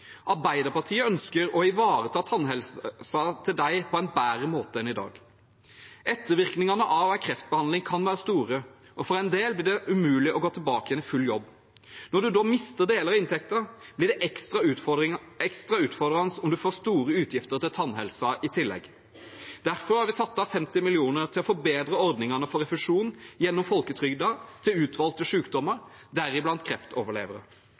Arbeiderpartiet ønsker å ivareta deres tannhelse på en bedre måte enn i dag. Ettervirkningene av en kreftbehandling kan være store, og for en del blir det umulig å gå tilbake til full jobb. Når en da mister deler av inntekten, blir det ekstra utfordrende om en får store utgifter til tannhelsen i tillegg. Derfor har vi satt av 50 mill. kr til å forbedre ordningene for refusjon gjennom folketrygden til utvalgte sykdommer, deriblant kreftoverlevere.